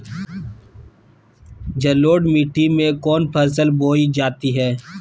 जलोढ़ मिट्टी में कौन फसल बोई जाती हैं?